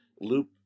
loop